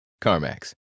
CarMax